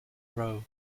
row